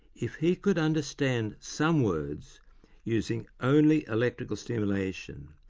if he could understand some words using only electrical stimulation,